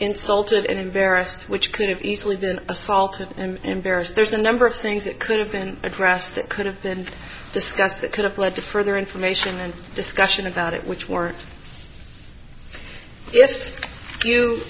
insulted and embarrassed which could have easily been assaulted and embarrassed there's a number of things that could have been addressed that could have been discussed that could have led to further information and discussion about it which were if you